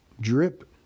drip